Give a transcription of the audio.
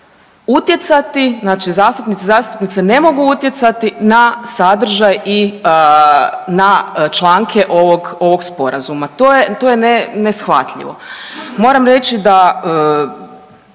utjecati, znači zastupnici i zastupnice ne mogu utjecati na sadržaj i na članke ovog Sporazuma. To je, to je neshvatljivo. Moram reći da